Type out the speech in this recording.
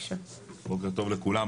בוקר טוב לכולם.